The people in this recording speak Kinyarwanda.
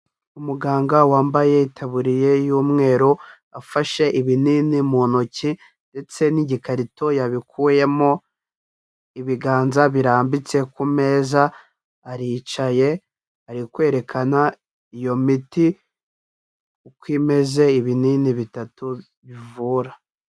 Umuganga wambaye itaburiya y'umweru, afashe ibinini mu ntoki ndetse n'igikarito yabikuyemo; ibiganza birambitse ku meza, aricaye, ari kwerekana iyo miti uko imeze, ibinini bitatu bivura.